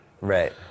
right